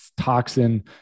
toxin